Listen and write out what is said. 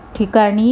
ठिकाणी